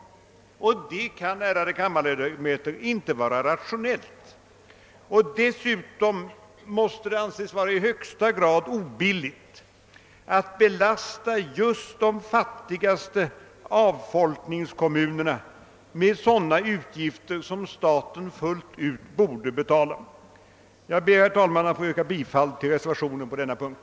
Detta kan, ärade kammarledamöter, inte vara rationellt. Dessutom måste det anses vara i högsta grad obilligt att belasta just de fattigaste avfolkningskommunerna med sådana utgifter som staten fullt ut borde betala. Jag ber, herr talman, att få yrka bifall till reservationen 12 vid denna punkt.